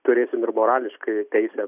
turėsime ir morališkai teisę